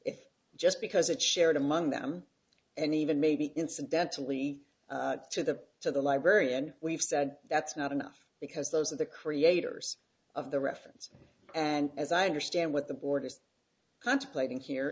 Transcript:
if just because it's shared among them and even maybe incidentally to the to the library and we've said that's not enough because those are the creators of the reference and as i understand what the board is contemplating here